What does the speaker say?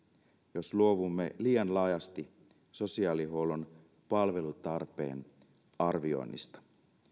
jos luovumme liian laajasti sosiaalihuollon palvelutarpeen arvioinnista